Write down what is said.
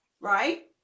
Right